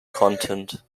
content